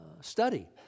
study